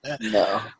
No